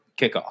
kickoff